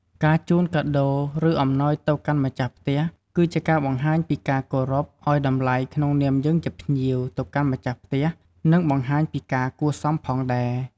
ការជូនកាដូរ ឬអំណោយទៅកាន់ម្ចាស់ផ្ទះ គឺជាការបង្ហាញពីការគោរពឲ្យតម្លៃក្នុងនាមយើងជាភ្ញៀវទៅកាន់ម្ខាស់ផ្ទះនិងបង្ហាញពីការគួរសមផងដែរ។